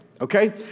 Okay